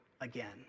again